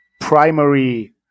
primary